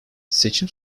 seçim